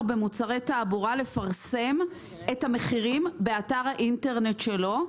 במוצרי תעבורה לפרסם את המחירים באתר האינטרנט שלו.